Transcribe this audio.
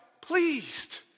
pleased